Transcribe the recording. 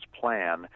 plan